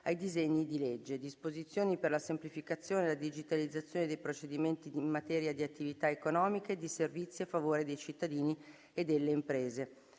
ai disegni di legge: 1. Disposizioni per la semplificazione e la digitalizzazione dei procedimenti in materia di attività economiche e di servizi a favore dei cittadini e delle imprese